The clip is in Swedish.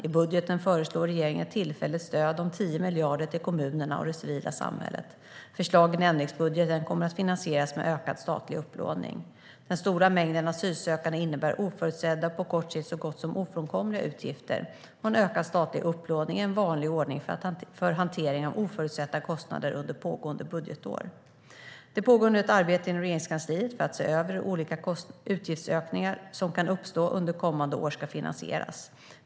I budgeten föreslår regeringen ett tillfälligt stöd om 10 miljarder till kommunerna och det civila samhället. Förslagen i ändringsbudgeten kommer att finansieras med en ökad statlig upplåning. Den stora mängden asylsökande innebär oförutsedda och på kort sikt så gott som ofrånkomliga utgifter. En ökad statlig upplåning är en vanlig ordning för hantering av oförutsedda kostnader under pågående budgetår. Det pågår nu ett arbete inom Regeringskansliet för att se över hur olika utgiftsökningar som kan uppstå under kommande år ska finansieras.